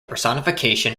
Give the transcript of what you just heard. personification